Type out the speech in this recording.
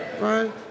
right